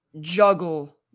Juggle